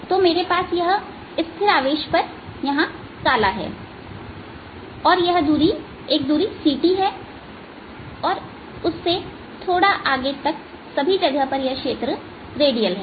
तो मेरे पास यह स्थिर आवेश पर काला है और एक दूरी ct और उससे थोड़ा आगे तक सभी जगह पर क्षेत्र रेडियल है